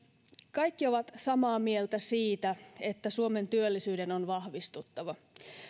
kaikki ovat samaa mieltä siitä että suomen työllisyyden on vahvistuttava